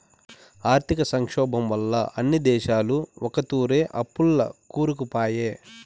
ఆర్థిక సంక్షోబం వల్ల అన్ని దేశాలు ఒకతూరే అప్పుల్ల కూరుకుపాయే